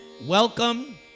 welcome